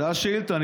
זו השאילתה.